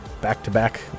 Back-to-back